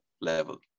level